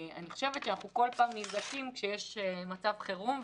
בכל פעם אנחנו נפגשים כשיש מצב חירום,